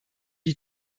die